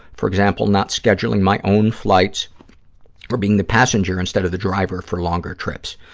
for example, not scheduling my own flights or being the passenger instead of the driver for longer trips.